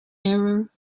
error